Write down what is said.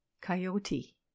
Coyote